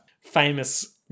famous